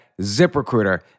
ZipRecruiter